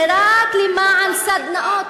זה רק למען סדנאות,